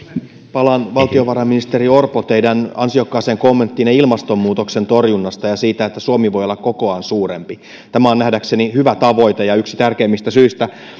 palaan valtiovarainministeri orpo teidän ansiokkaaseen kommennettiinne ilmastonmuutoksen torjunnasta ja siitä että suomi voi olla kokoaan suurempi tämä on nähdäkseni hyvä tavoite ja yksi tärkeimmistä syistä